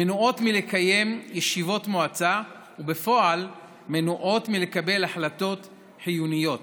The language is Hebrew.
מנועות מלקיים ישיבות מועצה ובפועל מנועות מלקבל החלטות חיוניות.